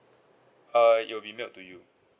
uh it will be mailed to you